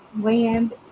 land